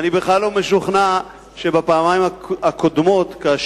אני בכלל לא משוכנע שבפעמיים הקודמות שהוא